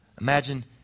Imagine